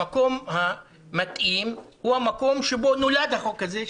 המקום המתאים הוא המקום שבו נולד החוק הזה,